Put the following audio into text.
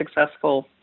successful